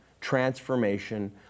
transformation